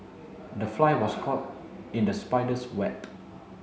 the fly was caught in the spider's web